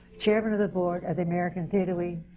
chairman of the board of the american theatre wing.